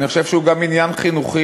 אני חושב שהוא גם עניין חינוכי.